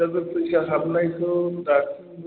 नोगोर फैसा खारनायखौ दासिमबो